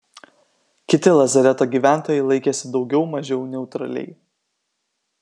kiti lazareto gyventojai laikėsi daugiau mažiau neutraliai